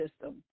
system